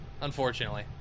Unfortunately